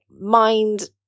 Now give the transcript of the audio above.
mind